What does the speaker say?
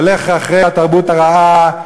הולך אחרי התרבות הרעה,